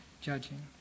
judging